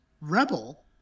Rebel